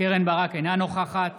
אינה נוכחת